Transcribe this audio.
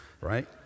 right